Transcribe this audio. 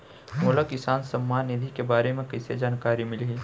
मोला किसान सम्मान निधि के बारे म कइसे जानकारी मिलही?